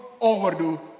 overdo